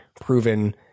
proven